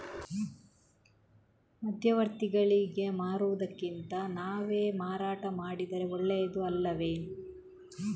ಮಧ್ಯವರ್ತಿಗಳಿಗೆ ಮಾರುವುದಿಂದ ನಾವೇ ಮಾರಾಟ ಮಾಡಿದರೆ ಒಳ್ಳೆಯದು ಅಲ್ಲವೇ?